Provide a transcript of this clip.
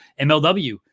MLW